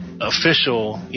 Official